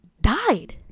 died